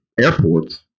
airports